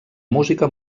música